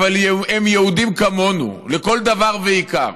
אבל הם יהודים כמונו לכל דבר ועיקר.